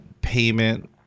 payment